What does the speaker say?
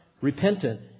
repentant